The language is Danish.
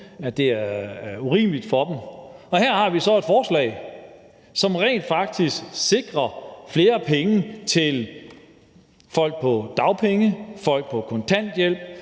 at det er urimeligt for dem, og her har vi så et forslag, som rent faktisk sikrer flere penge til folk på dagpenge, folk på kontanthjælp,